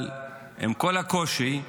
אבל עם כל הקושי,